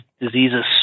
diseases